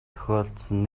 тохиолдсон